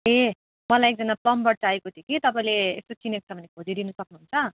ए मलाई एकजना प्लम्बर चाहिएको थियो कि तपाईँले यसो चिनेको छ भने खोजिदिनु सक्नुहुन्छ